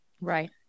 Right